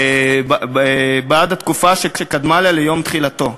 בעד התקופה שקדמה ליום תחילתו.